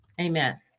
Amen